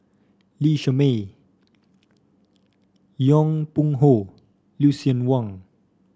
Lee Shermay Yong Pung How Lucien Wang